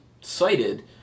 cited